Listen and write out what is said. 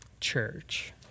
church